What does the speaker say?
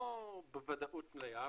לא בוודאות מלאה,